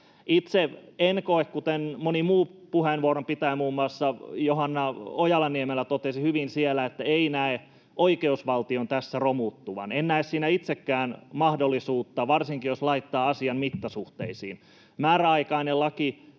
Kuten moni muu puheenvuoron pitäjä, muun muassa Johanna Ojala-Niemelä totesi hyvin, että ei näe oikeusvaltion tässä romuttuvan, niin en näe siihen itsekään mahdollisuutta, varsinkin jos laittaa asian mittasuhteisiin. Määräaikainen laki,